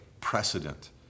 precedent